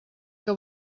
que